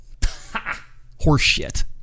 Horseshit